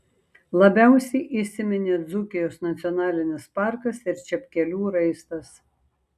labiausiai įsiminė dzūkijos nacionalinis parkas ir čepkelių raistas